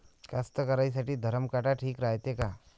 कास्तकाराइसाठी धरम काटा ठीक रायते का?